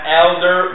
elder